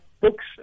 books